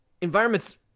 environments